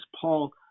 paul